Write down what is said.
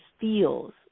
feels